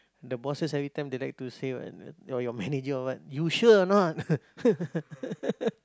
the bosses every time they like to say what your your manager or what you sure or not